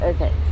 Okay